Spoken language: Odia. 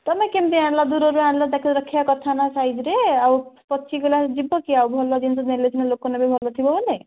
ତମେ କେମିତି ଆଣିଲ ଦୂରରୁ ଆଣିଲ ତାକୁ ରଖିବା କଥା ନା ସାଇଜ୍ରେ ଆଉ ପଚିଗଲେ ଯିବ କି ଆଉ ଭଲ ଜିନିଷ ଦେଲେ ସିନା ଲୋକ ନେବେ ଭଲ ଥିବ ବୋଲି